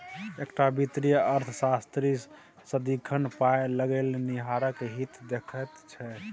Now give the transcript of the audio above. एकटा वित्तीय अर्थशास्त्री सदिखन पाय लगेनिहारक हित देखैत छै